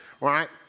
right